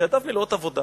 שידיו מלאות עבודה